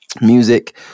music